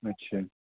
اچھا